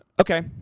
Okay